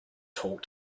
talk